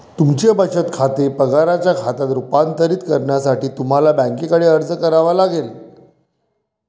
तुमचे बचत खाते पगाराच्या खात्यात रूपांतरित करण्यासाठी तुम्हाला बँकेकडे अर्ज करावा लागेल